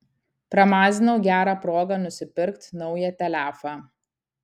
pramazinau gerą progą nusipirkt naują telefą